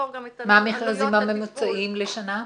מה המכרזים הממוצעים לשנה?